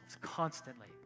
constantly